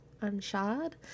unshod